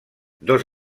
dos